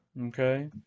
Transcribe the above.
Okay